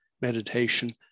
Meditation